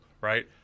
right